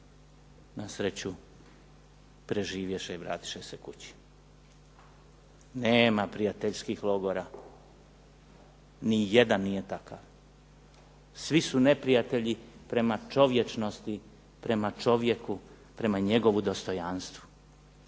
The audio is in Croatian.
nasreću preživješe i vratiše se kući. Nema prijateljskih logora, nijedan nije takav. Svi su neprijatelji prema čovječnosti, prema čovjeku, prema njegovu dostojanstvu.